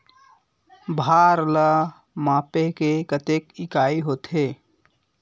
भार ला मापे के कतेक इकाई होथे?